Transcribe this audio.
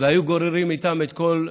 וגררו איתן את הכול.